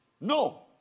No